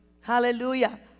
hallelujah